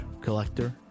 collector